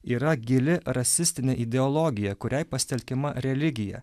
yra gili rasistinė ideologija kuriai pasitelkiama religija